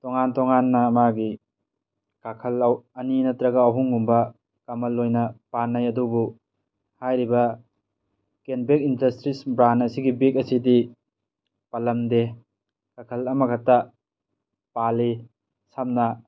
ꯇꯣꯉꯥꯟ ꯇꯣꯉꯥꯟꯅ ꯃꯥꯒꯤ ꯀꯥꯈꯜ ꯑꯅꯤ ꯅꯠꯇ꯭ꯔꯒ ꯑꯍꯨꯝ ꯒꯨꯝꯕ ꯀꯃꯟ ꯑꯣꯏꯅ ꯄꯥꯟꯅꯩ ꯑꯗꯨꯕꯨ ꯍꯥꯏꯔꯤꯕ ꯀꯦꯟ ꯕꯦꯛ ꯏꯟꯗꯁꯇ꯭ꯔꯤꯖ ꯕ꯭ꯔꯥꯟ ꯑꯁꯤꯒꯤ ꯕꯦꯛ ꯑꯁꯤꯗꯤ ꯄꯥꯜꯂꯝꯗꯦ ꯀꯥꯈꯜ ꯑꯃ ꯈꯛꯇ ꯄꯥꯜꯂꯤ ꯁꯝꯅ